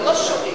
אתה לא שואל,